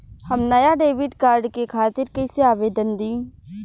हम नया debit card के खातिर कइसे आवेदन दीं?